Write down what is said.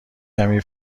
کمی